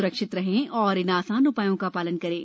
स्रक्षित रहें और इन आसान उप्रायों का शालन करें